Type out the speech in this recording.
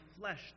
flesh